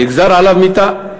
נגזרה עליו מיתה.